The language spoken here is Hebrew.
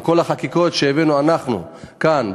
וכל החקיקות שהבאנו אנחנו כאן,